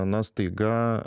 na staiga